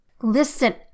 Listen